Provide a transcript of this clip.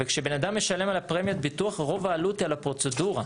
וכשבן אדם משלם על פרמיית הביטוח רוב העלות על הפרוצדורה.